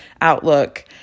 outlook